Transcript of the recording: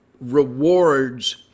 rewards